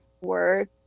work